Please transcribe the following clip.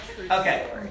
Okay